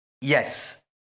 Yes